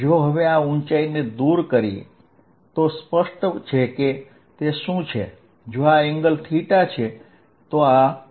અહીં આ કોણ છે તેથી આ કોણ પણ બનશે